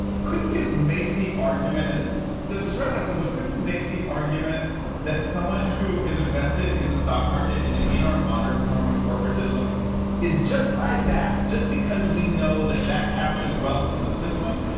couldn't you make the argument and this is this is radical, but couldn't you make the argument that someone who is invested in the stock market and in our modern form of corporatism is just by that, just because we know that that captures wealth from the system.